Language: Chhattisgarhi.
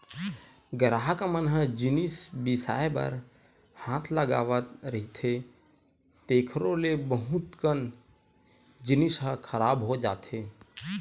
गराहक मन ह जिनिस बिसाए बर हाथ लगावत रहिथे तेखरो ले बहुत कन जिनिस ह खराब हो जाथे